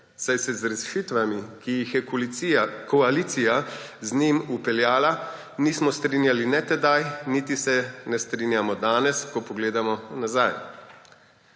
saj se z rešitvami, ki jih je koalicija z njim vpeljala, nismo strinjali ne tedaj, niti se ne strinjamo danes, ko pogledamo nazaj.